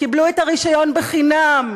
קיבלו את הרישיון בחינם,